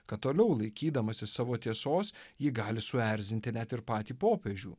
kad toliau laikydamasis savo tiesos ji gali suerzinti net ir patį popiežių